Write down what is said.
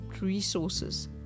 resources